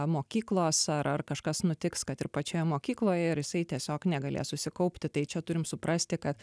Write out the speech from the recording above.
mokyklos ar ar kažkas nutiks kad ir pačioje mokykloje ar jisai tiesiog negalės susikaupti tai čia turim suprasti kad